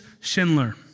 Schindler